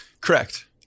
Correct